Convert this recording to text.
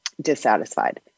dissatisfied